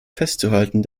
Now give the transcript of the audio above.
festzuhalten